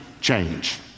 change